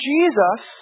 Jesus